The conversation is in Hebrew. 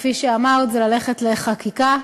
כפי שאמרת, היא ללכת לחקיקה.